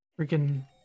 freaking